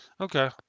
okay